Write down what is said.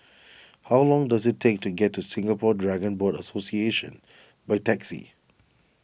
how long does it take to get to Singapore Dragon Boat Association by taxi